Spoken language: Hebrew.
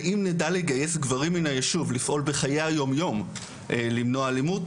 ואם נדע לגייס גברים מן היישוב לפעול בחיי היומיום למנוע אלימות,